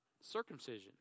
circumcision